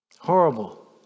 Horrible